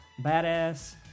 badass